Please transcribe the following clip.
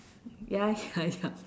ya ya ya